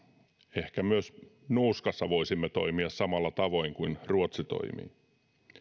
ehkä myös nuuskassa voisimme toimia samalla tavoin kuin ruotsi toimii